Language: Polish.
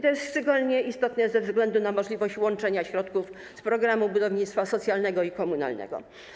To jest szczególnie istotne ze względu na możliwość łączenia środków z programu budownictwa socjalnego i komunalnego.